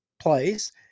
Place